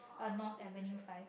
a north avenue five